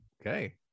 Okay